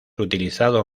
utilizado